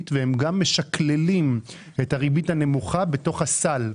והם גם משקללים את הריבית הנמוכה בתוך הסל.